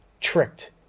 tricked